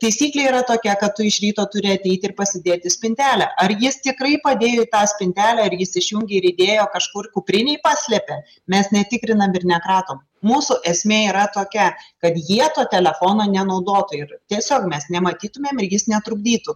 taisyklė yra tokia kad tu iš ryto turi ateit ir pasidėt į spintelę ar jis tikrai padėjo į tą spintelę ir jis išjungė ir įdėjo kažkur kuprinėj paslepė mes netikrinam ir nekratom mūsų esmė yra tokia kad jie to telefono nenaudotų ir tiesiog mes nematytumėm ir jis netrukdytų